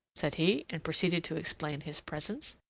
said he, and proceeded to explain his presence.